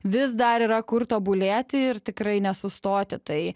vis dar yra kur tobulėti ir tikrai nesustoti tai